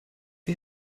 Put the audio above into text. wie